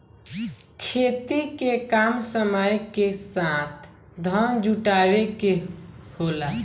खेती के काम समय के साथ धन जुटावे के होला